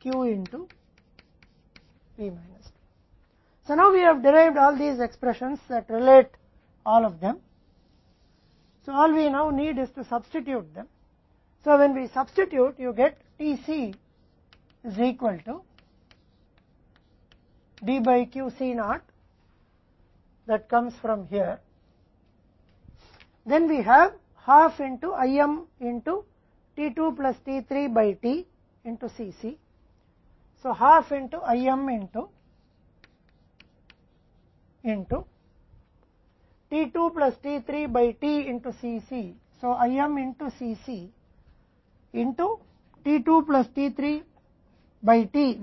तब हम आधे से IM t 2 t 3 से T Cc तो ½ IM t 2 plus t 3 by t Cc तो IM Cc t2 plus t 3 T है जो P IM Q P D P इस P को P द्वारा एक विभाजक के रूप में वापस लाया जाता है इसलिए आपको मिलता है 1 D P ½ संदर्भ स्लाइड समय 0732 अब तीसरा शब्द ½ s t1 t4 T हम यहाँ